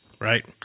right